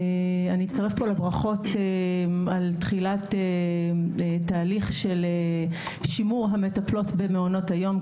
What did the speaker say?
אני אצרף פה לברכות על תחילת תהליך של שימור המטפלות במעונות היום.